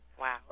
Wow